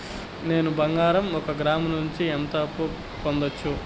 నేను బంగారం ఒక గ్రాము నుంచి ఎంత అప్పు పొందొచ్చు